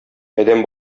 адәм